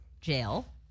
jail